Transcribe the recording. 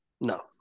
No